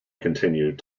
continued